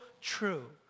true